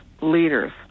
leaders